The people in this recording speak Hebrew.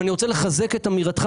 אני רוצה לחזק את אמירתך,